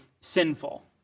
sinful